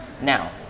Now